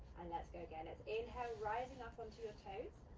and let's go again. let's inhale, rising up onto your toes.